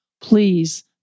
please